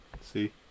See